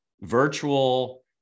virtual